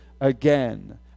again